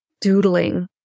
Doodling